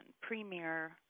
premier